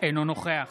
אינו נוכח